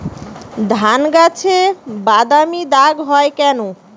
ধানগাছে বাদামী দাগ হয় কেন?